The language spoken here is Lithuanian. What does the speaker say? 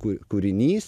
ku kūrinys